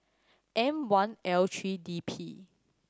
M One L three D P